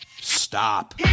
Stop